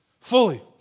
Fully